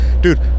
dude